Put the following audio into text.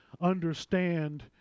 understand